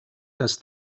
das